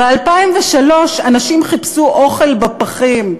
ב-2003 אנשים חיפשו אוכל בפחים,